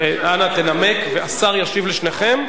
אנא תנמק והשר ישיב לשניכם.